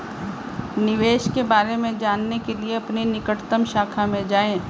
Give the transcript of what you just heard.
निवेश के बारे में जानने के लिए अपनी निकटतम शाखा में जाएं